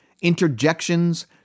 interjections